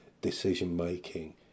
decision-making